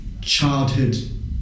childhood